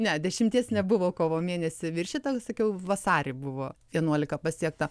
ne dešimties nebuvo kovo mėnesį viršyta sakiau vasarį buvo vienuolika pasiekta